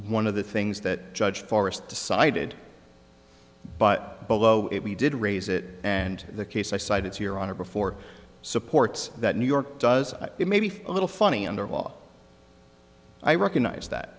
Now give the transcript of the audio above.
one of the things that judge forrest decided but below it we did raise it and the case i cited to your honor before supports that new york does it maybe for a little funny under law i recognize that